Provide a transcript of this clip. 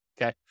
okay